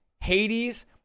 Hades